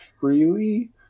freely